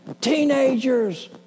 teenagers